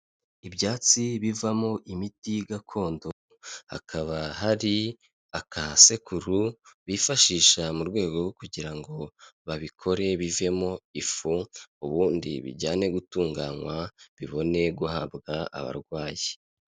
Ibyatsi bivamo imiti gakondo, hakaba hari akasekuru bifashisha mu rwego rwo kugira ngo babikore bivemo ifu ubundi bijyane gutunganywa, bibone guhabwa abarwayi.